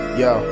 yo